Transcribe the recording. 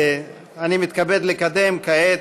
אני מתכבד לקדם כעת,